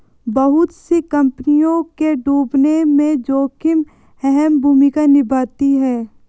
बहुत सी कम्पनियों के डूबने में जोखिम अहम भूमिका निभाता है